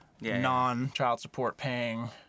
non-child-support-paying